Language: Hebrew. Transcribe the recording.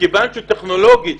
מכיוון שטכנולוגית